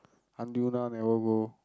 until now never go